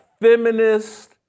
feminist